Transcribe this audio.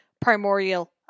primordial